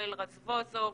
יואל רזבוזוב.